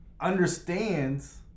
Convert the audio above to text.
understands